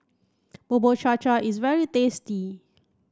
Bubur Cha Cha is very tasty